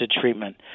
Treatment